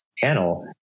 panel